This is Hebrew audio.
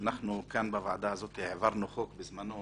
שאנחנו כאן בוועדה הזאת העברנו חוק בזמנו